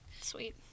Sweet